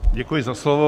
Děkuji za slovo.